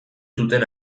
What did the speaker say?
zuten